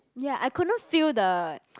ya I could not feel the